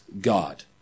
God